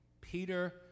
peter